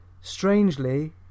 strangely